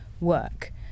work